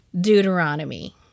Deuteronomy